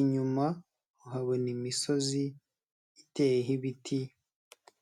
inyuma uhabona imisozi iteyeho ibiti.